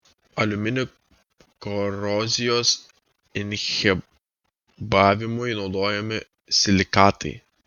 aliuminio korozijos inhibavimui naudojami silikatai